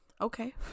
okay